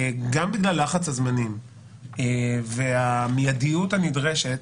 גם בגלל לחץ הזמנים והמידיות הנדרשת,